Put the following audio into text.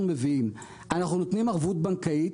מביאים אנחנו נותנים ערבות בנקאית?